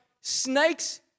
snakes